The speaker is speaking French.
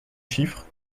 chiffres